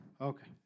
okay